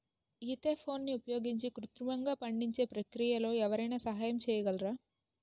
ఈథెఫోన్ని ఉపయోగించి కృత్రిమంగా పండించే ప్రక్రియలో ఎవరైనా సహాయం చేయగలరా?